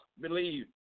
believe